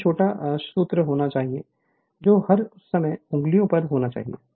यह छोटा सूत्र होना चाहिए जो हर समय उंगलियों पर होना चाहिए